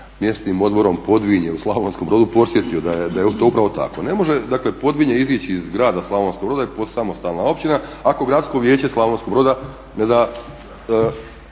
mjesnim odborom Podvinje u Slavonskom Brodu podsjetio da je to upravo tako. Ne može, dakle Podvinje izići iz grada Slavonskog Broda i postati samostalna općina ako Gradsko vijeće Slavonskog Broda ne da